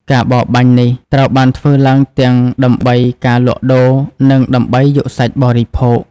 ការបរបាញ់នេះត្រូវបានធ្វើឡើងទាំងដើម្បីការលក់ដូរ និងដើម្បីយកសាច់បរិភោគ។